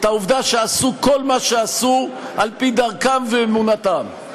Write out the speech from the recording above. את העובדה שעשו כל מה שעשו על-פי דרכם ואמונתם.